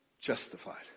justified